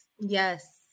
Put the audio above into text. Yes